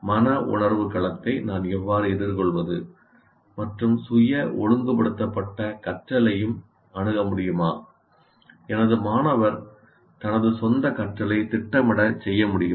மன உணர்வு களத்தை நான் எவ்வாறு எதிர்கொள்வது மற்றும் சுய ஒழுங்குபடுத்தப்பட்ட கற்றலையும் அணுக முடியுமா எனது மாணவர் தனது சொந்தக் கற்றலைத் திட்டமிட செய்ய முடியுமா